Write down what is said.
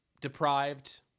deprived